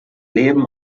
leben